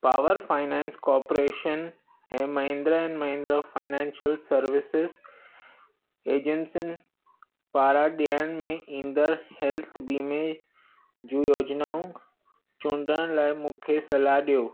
power Finance Corporation ऐं Mahindra and Mahindra Financial Services एजंसियुनि पारां ॾियण में ईंदड़ हेल्थ बीमे जूं योजनाऊं चूंडण लाइ मूंखे सलाहु ॾियो